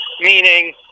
Meaning